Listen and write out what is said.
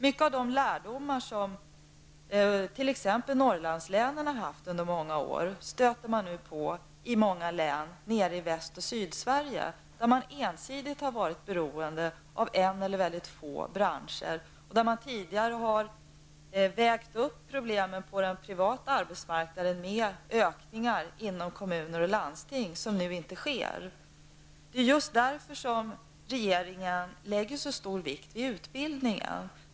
Många av de problem som t.ex. Norrlandslänen har haft under många år stöter man nu på i många län i Väst och Sydsverige, där man ensidigt varit beroende av en eller mycket få branscher och där man tidigare har mildrat problemen på den privata arbetsmarknaden med ökningar inom kommuner och landsting, som nu inte sker. Det är just därför som regeringen lägger så stor vikt vid utbildning.